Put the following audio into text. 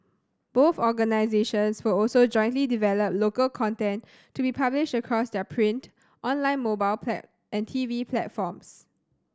both organisations will also jointly develop local content to be published across their print online mobile pat and TV platforms